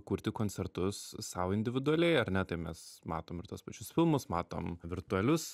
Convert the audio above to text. kurti koncertus sau individualiai ar ne tai mes matom ir tuos pačius filmus matom virtualius